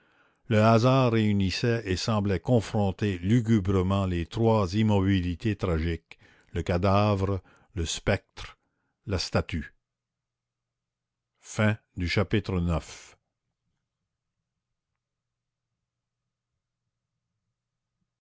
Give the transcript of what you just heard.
le hasard réunissait et semblait confronter lugubrement les trois immobilités tragiques le cadavre le spectre la statue chapitre